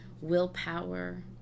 willpower